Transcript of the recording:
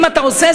אם אתה עושה,